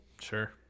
Sure